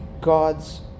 God's